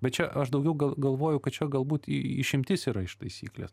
bet čia aš daugiau galvoju kad čia galbūt išimtis yra iš taisyklės